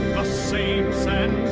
saints' and